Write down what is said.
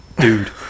dude